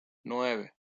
nueve